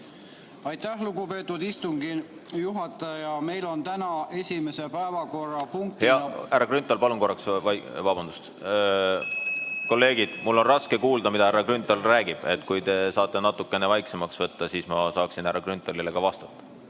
Aitäh, lugupeetud istungi juhataja! Meil on täna esimese päevakorrapunktina ... Härra Grünthal, palun korraks vabandust! Kolleegid, mul on raske kuulda, mida härra Grünthal räägib. Kui te saate natukene vaiksemaks võtta, siis ma saaksin härra Grünthalile vastata.